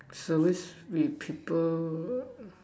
service with people